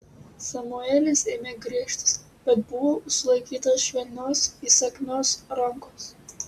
samuelis ėmė gręžtis bet buvo sulaikytas švelnios įsakmios rankos